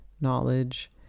knowledge